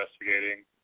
investigating